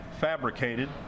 fabricated